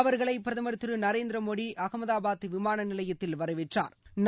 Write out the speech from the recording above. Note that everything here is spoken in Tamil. அவா்களை பிரதமா் திரு நரேந்திர மோடி அகமதபாத் விமானநிலையத்தில் வரவேற்றாா்